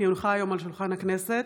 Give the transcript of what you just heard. כי הונחה היום על שולחן הכנסת,